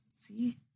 See